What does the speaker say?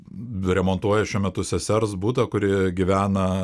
remontuoja šiuo metu sesers butą kuri gyvena